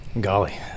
Golly